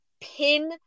pin